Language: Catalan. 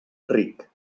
ric